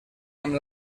amb